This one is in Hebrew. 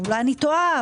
ואולי אני טועה,